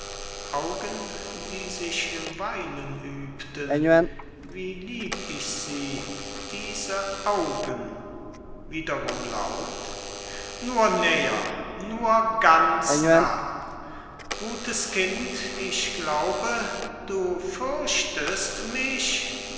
augen die sich im weinen übten wie lieb ich sie diese augen wiederum laut nur näher nur ganz nah gutes kind ich glaube du fürchtest mich